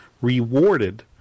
rewarded